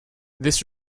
this